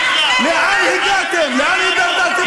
לאן הידרדרתם?